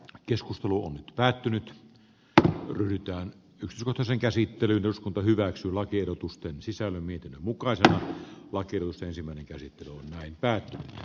keskusteluun päätynyt kohu ryhdytään sota sen käsittely eduskunta hyväksyy lakiehdotusten sisällön myytin mukaan vaikeus ensimmäinen käsittely on päättynyt